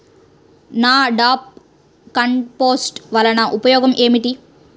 NADEP compost వలన ఉపయోగం ఏమిటి?